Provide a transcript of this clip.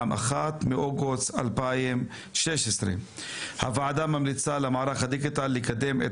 מאוגוסט 2016. הוועדה ממליצה למערך הדיגיטל לקדם את